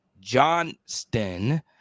Johnston